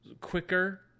quicker